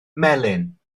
melyn